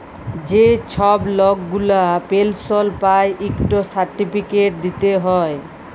যে ছব লক গুলা পেলশল পায় ইকট সার্টিফিকেট দিতে হ্যয়